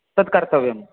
तत् कर्तव्यं